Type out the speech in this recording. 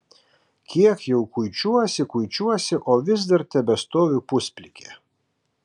kiek jau kuičiuosi kuičiuosi o vis dar tebestoviu pusplikė